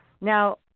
Now